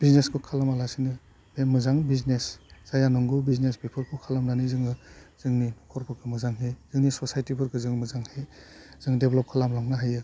बिजनेसखौ खालामालासिनो बे मोजां बिजनेस जायहा नंगौ बिजनेस बेफोरखौ खालामनानै जोङो जोंनि नख'रफोरखौ मोजाङै जोंनिससाइटिफोरखौ जोङो मोजाङै जों डेभ्लप खालामलांनो हायो